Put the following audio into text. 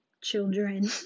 children